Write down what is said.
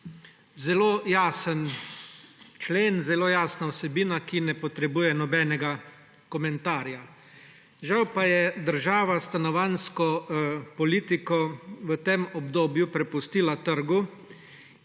Zelo jasen člen, zelo jasna vsebina, ki ne potrebuje nobenega komentarja. Žal pa je država stanovanjsko politiko v tem obdobju prepustila trgu